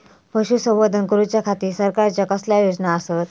पशुसंवर्धन करूच्या खाती सरकारच्या कसल्या योजना आसत?